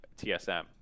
TSM